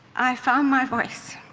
i found my voice,